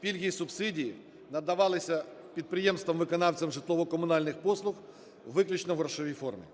пільги і субсидії надавалися підприємствам - виконавцям житлово-комунальних послуг виключно в грошовій формі.